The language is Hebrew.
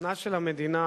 חוסנה של המדינה,